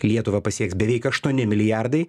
kai lietuvą pasieks beveik aštuoni milijardai